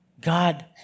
God